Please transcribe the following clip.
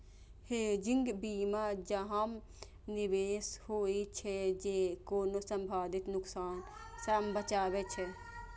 hedging बीमा जकां निवेश होइ छै, जे कोनो संभावित नुकसान सं बचाबै छै